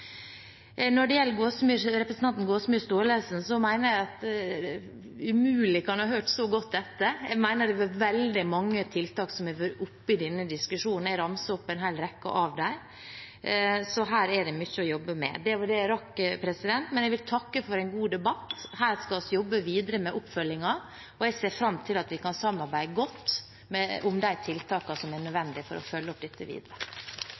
Når det gjelder representanten Gåsemyr Staalesen, mener jeg at hun umulig kan ha hørt godt etter. Jeg mener at det har vært veldig mange tiltak som har vært oppe i denne diskusjonen – jeg ramset opp en hel rekke av dem. Så her er det mye å jobbe med. Det var det jeg rakk, men jeg vil takke for en god debatt. Her skal vi jobbe videre med oppfølgingen, og jeg ser fram til at vi kan samarbeide godt om de tiltakene som er nødvendige for å følge opp dette videre.